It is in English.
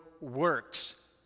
works